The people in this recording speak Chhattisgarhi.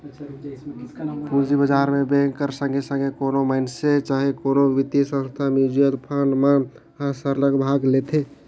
पूंजी बजार में बेंक कर संघे संघे कोनो मइनसे चहे कोनो बित्तीय संस्था, म्युचुअल फंड मन हर सरलग भाग लेथे